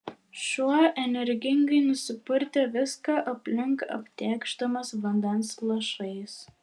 šuo energingai nusipurtė viską aplink aptėkšdamas vandens lašais